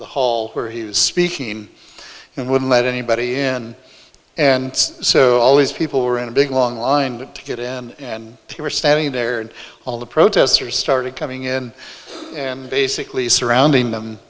the hall where he was speaking and wouldn't let anybody in and so all these people were in a big long line to get in and they were standing there and all the protestors started coming in and basically surrounding them